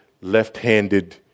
left-handed